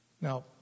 Now